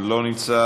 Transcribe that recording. אינו נוכח,